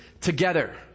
together